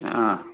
आ